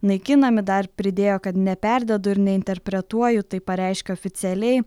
naikinami dar pridėjo kad neperdedu ir neinterpretuoju tai pareiškė oficialiai